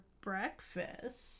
breakfast